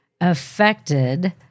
affected